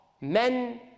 men